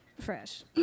fresh